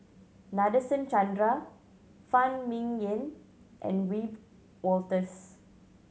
Nadasen Chandra Phan Ming Yen and Wiebe Wolters